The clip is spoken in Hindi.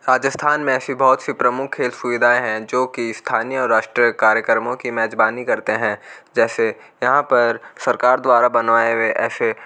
राजस्थान में ऐसी बहुत सी प्रमुख सुविधाएँ हैं जो कि स्थानीय राष्ट्र कार्यक्रमों की मेज़बानी करते हैं जैसे यहाँ पर सरकार द्वारा बनाए हुए ऐसे